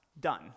Done